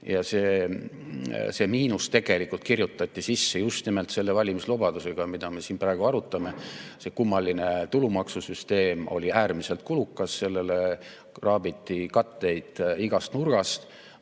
See miinus tegelikult kirjutati sisse just nimelt selle valimislubadusega, mida me siin praegu arutame. See kummaline tulumaksusüsteem oli äärmiselt kulukas, sellele kraabiti katteid igast nurgast.